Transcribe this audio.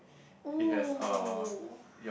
oh